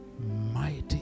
Mighty